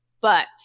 but-